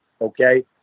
Okay